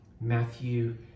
matthew